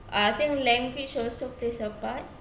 I think language also plays a part